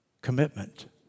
commitment